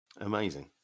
Amazing